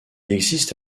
existe